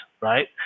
right